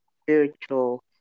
spiritual